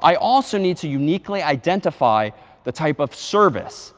i also need to uniquely identify the type of service